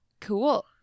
Cool